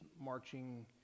marching